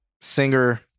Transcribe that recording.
singer